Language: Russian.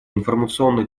информационно